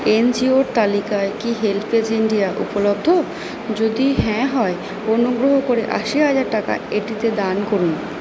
এনজিওর তালিকায় কি হেল্পেজ ইন্ডিয়া উপলব্ধ যদি হ্যাঁ হয় অনুগ্রহ করে আশি হাজার টাকা এটিতে দান করুন